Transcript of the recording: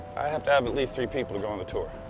have to have at least three people to go on the tour.